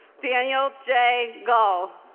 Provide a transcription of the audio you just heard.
daniel j. gol